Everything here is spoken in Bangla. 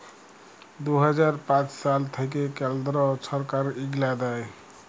দু হাজার পাঁচ সাল থ্যাইকে কেলদ্র ছরকার ইগলা দেয়